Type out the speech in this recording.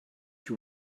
you